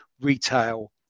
retail